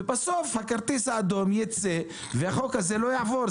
ובסוף הכרטיס האדום ייצא והחוק הזה לא יעבור.